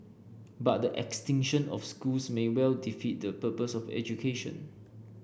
but the extinction of schools may well defeat the purpose of education